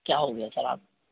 क्या हो गया सर आप